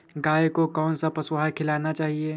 गाय को कौन सा पशु आहार खिलाना चाहिए?